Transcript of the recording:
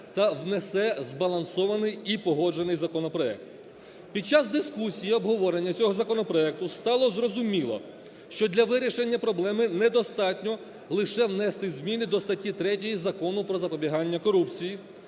та внесе збалансований і погоджений законопроект. Під час дискусії і обговорення цього законопроекту стало зрозуміло, що для вирішення проблеми не достатньо лише внести зміни до статті 3 Закону про запобігання корупції,